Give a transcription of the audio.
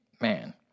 man